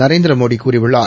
நரேந்திரமோடி கூறியுள்ளார்